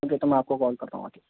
okay تو میں آپ کو کال کرتا ہوں آ کے